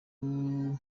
guardiola